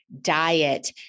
diet